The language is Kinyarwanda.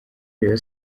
rayon